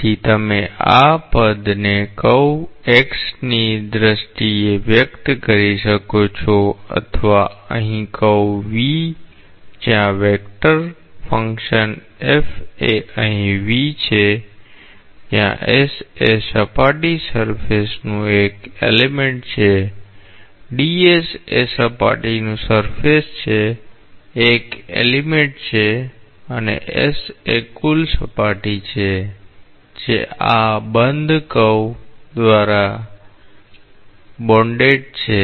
તેથી તમે આ પદને કર્વ Xની દ્રષ્ટિએ વ્યક્ત કરી શકો છો અથવા અહીં કર્વ V જ્યાં વેક્ટર ફંક્શન f એ અહીં V છે જ્યાં s એ સપાટીનું એક એલિમેન્ટ છે d s એ સપાટીનું એક એલિમેન્ટ છે અને s એ કુલ સપાટી છે જે આ બંધ કર્વ દ્વારા બંધાયેલ છે